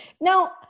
Now